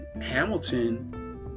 hamilton